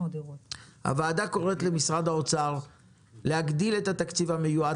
הוועדה קוראת למשרד האוצר להגדיל את התקציב המיועד